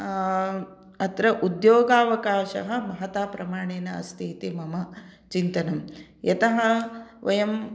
अत्र उद्योगावकाशः महता प्रमाणेन अस्ति इति मम चिन्तनं यतः वयं